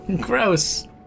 Gross